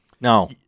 No